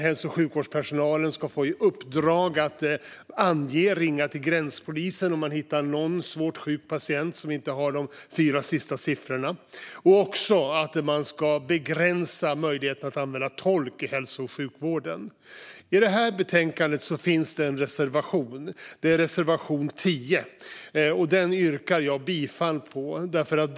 Hälso och sjukvårdspersonalen ska få i uppdrag att ange, ringa till gränspolisen, om man hittar en svårt sjuk patient som inte har de fyra sista siffrorna. Och möjligheten att använda tolk i hälso och sjukvården ska begränsas. I det här betänkandet yrkar jag bifall till reservation 10.